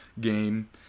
game